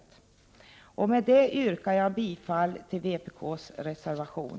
Med detta yrkar jag bifall till vpk:s reservation.